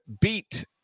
beat